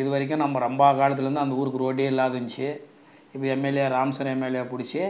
இதுவரைக்கும் நம்ம ரொம்ப காலத்துலேருந்து அந்த ஊருக்கு ரோடே இல்லாது இருந்துச்சு இப்போ எம்எல்ஏ ராமசாமி எம்எல்ஏவை பிடிச்சி